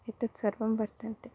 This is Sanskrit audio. एतत् सर्वं वर्तते